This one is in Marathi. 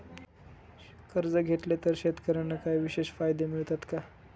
कर्ज घेतले तर शेतकऱ्यांना काही विशेष फायदे मिळतात का?